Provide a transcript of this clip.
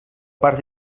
part